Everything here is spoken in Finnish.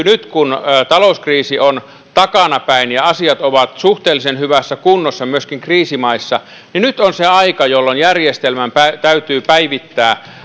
nyt kun talouskriisi on takanapäin ja asiat ovat suhteellisen hyvässä kunnossa myöskin kriisimaissa on se aika jolloin järjestelmää täytyy päivittää